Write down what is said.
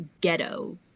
ghetto